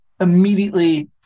immediately